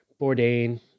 Bourdain